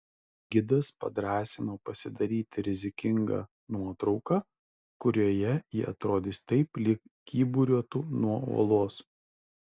gidas padrąsino pasidaryti rizikingą nuotrauką kurioje ji atrodys taip lyg kyburiuotų nuo uolos